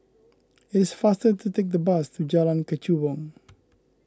it is faster to take the bus to Jalan Kechubong